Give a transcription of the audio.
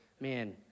Man